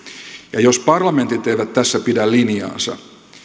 jos parlamentit eivät tässä pidä linjaansa